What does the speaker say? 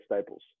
Staples